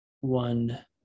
one